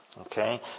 Okay